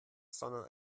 sondern